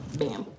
bam